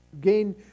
gain